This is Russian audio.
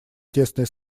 тесное